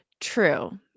True